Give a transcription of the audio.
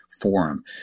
forum